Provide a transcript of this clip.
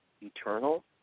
eternal